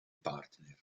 partner